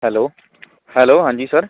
hello hello ਹਾਂਜੀ sir